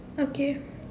okay